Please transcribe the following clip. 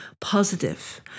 positive